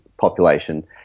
population